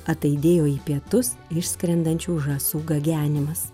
ataidėjo į pietus išskrendančių žąsų gagenimas